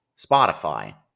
Spotify